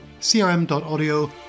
crm.audio